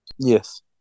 yes